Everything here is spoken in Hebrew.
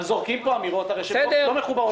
גם זורקים פה אמירות שלא מחוברות למציאות.